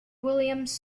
williams